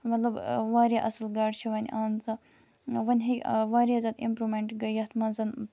مطلب واریاہ اصل گاڑِ چھِ وۄنۍ آمژٕ وۄںۍ ہیٚیہِ واریاہ زیادٕ اِمپرومٮ۪نٹ گٔے یَتھ مَنز